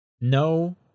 no